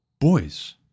boys